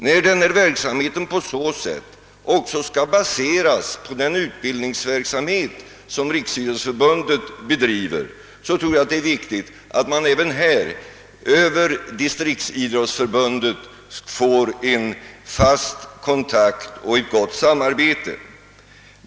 När denna verksamhet på så sätt även skall baseras på den utbildningsverksamhet som Riksidrottsförbundet bedriver tror jag att det är viktigt att man även här, över distriktsidrottsförbundet, får en fast kontakt och ett gott samarbete.